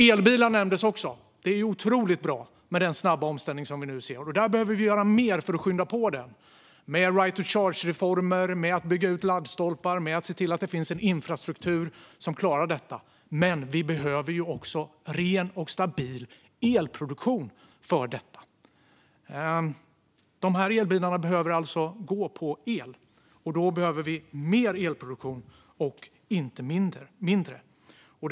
Elbilar nämndes också. Den snabba omställning vi nu ser är otroligt bra. Vi behöver göra mer för att skynda på den, med right to charge-reformer och genom att bygga fler laddstolpar och se till att det finns en infrastruktur som klarar detta. Men vi behöver också ren och stabil elproduktion för detta. Elbilarna behöver el, och då behöver vi mer, inte mindre, elproduktion.